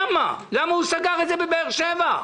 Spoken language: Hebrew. למה הוא סגר את המפעל בבאר שבע?